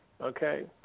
okay